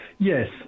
Yes